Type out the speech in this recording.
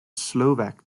slovak